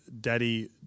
daddy